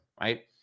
right